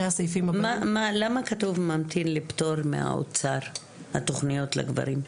למה כתוב ממתין לפטור מהאוצר, התכניות מהגברים?